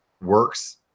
works